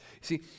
See